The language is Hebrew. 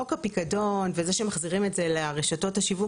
חוק הפיקדון וזה שמחזירים את זה לרשתות השיווק,